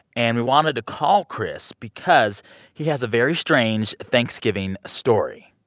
and we wanted to call chris because he has a very strange thanksgiving story,